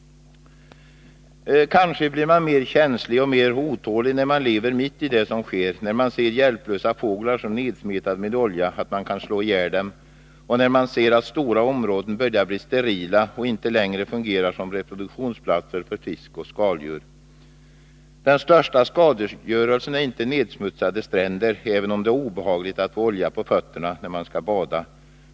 Kanske blir man mer känslig och mer otålig när man lever mitt i det som sker, när man ser hjälplösa fåglar så nersmetade med olja att man får slå ihjäl dem och när man ser att stora områden börjar bli sterila och inte längre fungerar som reproduktionsplatser för fisk och skaldjur. Den största skadegörelsen är inte nedsmutsade stränder, även om det är obehagligt att få olja på fötterna när man skall bada.